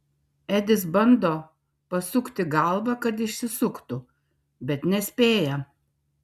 edis bando pasukti galvą kad išsisuktų bet nespėja